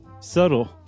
Subtle